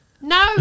No